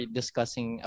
discussing